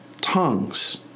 tongues